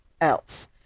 else